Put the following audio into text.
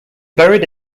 buried